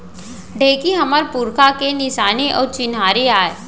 ढेंकी हमर पुरखा के निसानी अउ चिन्हारी आय